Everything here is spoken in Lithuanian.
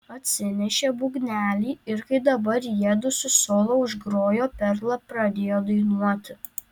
atsinešė būgnelį ir kai dabar jiedu su solo užgrojo perla pradėjo dainuoti